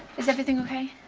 is everything okay?